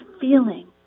feeling